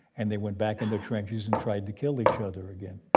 and they went back in the trenches and tried to kill each other again.